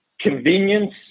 convenience